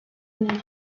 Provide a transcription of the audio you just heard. new